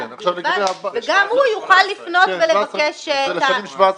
בלבד, וגם הוא יוכל לפנות ולבקש כאן...